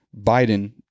Biden